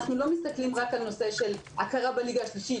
אנחנו לא מסתכלים רק על הנושא של הכרה בליגה השלישית,